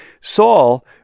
Saul